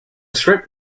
script